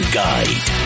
guide